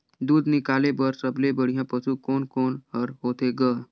दूध निकाले बर सबले बढ़िया पशु कोन कोन हर होथे ग?